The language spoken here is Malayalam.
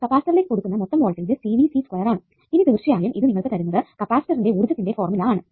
കപ്പാസിറ്ററിലേക്ക് കൊടുക്കുന്ന മൊത്തം വോൾടേജ് ആണ് ഇനി തീർച്ചയായും ഇത് നിങ്ങൾക്ക് തരുന്നത് കപ്പാസിറ്ററിന്റെ ഊർജ്ജത്തിന്റെ ഫോർമുല ആണ്